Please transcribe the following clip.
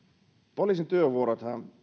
poliisin työvuorothan